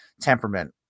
temperament